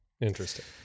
Interesting